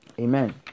Amen